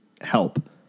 help